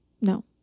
No